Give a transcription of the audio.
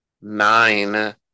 nine